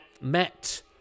met